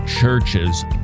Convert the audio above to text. churches